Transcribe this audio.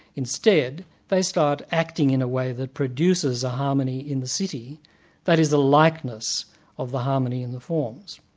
instead they start acting in a way that produces a harmony in the city that is the likeness of the harmony in the forms'.